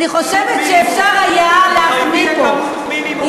אני חושבת שאפשר היה, תתחייבי לכמות מינימום.